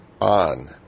on